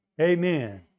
amen